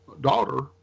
daughter